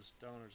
donors